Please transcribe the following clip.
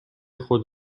خود